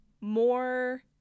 more